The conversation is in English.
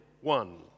one